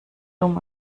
dumm